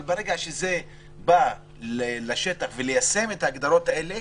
אבל ברגע שזה מגיע לשטח וליישום ההגדרות האלה,